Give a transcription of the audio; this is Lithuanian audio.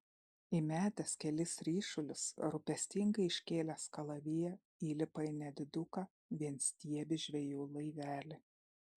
įmetęs kelis ryšulius rūpestingai iškėlęs kalaviją įlipa į nediduką vienstiebį žvejų laivelį